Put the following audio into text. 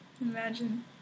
Imagine